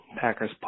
Packers